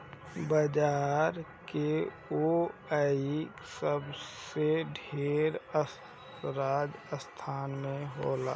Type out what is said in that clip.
बजरा के बोआई सबसे ढेर राजस्थान में होला